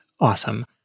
awesome